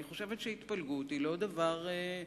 אני חושבת שהתפלגות היא לא דבר פסול.